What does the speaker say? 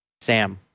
Sam